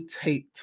Tate